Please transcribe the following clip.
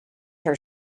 her